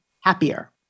happier